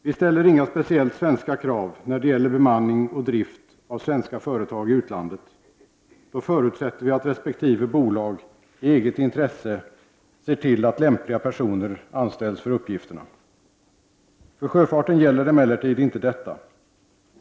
Vi ställer inga speciella svenska krav när det gäller bemanning och drift av svenska företag i utlandet. Då förutsätter vi att resp. bolag i eget intresse ser till att lämpliga personer anställs för uppgifterna. För sjöfarten gäller emellertid inte detta.